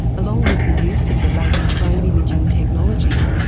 along with the use of the latest brain imaging technologies,